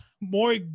more